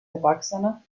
erwachsener